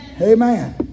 Amen